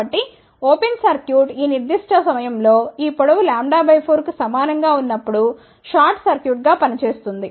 కాబట్టి ఈ open circuit ఈ నిర్దిష్ట సమయంలో ఈ పొడవు λ 4 కు సమానం గా ఉన్నప్పుడు షార్ట్ సర్క్యూట్గా పని చేస్తుంది